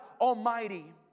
Almighty